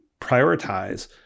prioritize